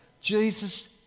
Jesus